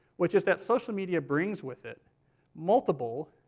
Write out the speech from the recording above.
which is that social media brings with it multiple,